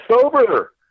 sober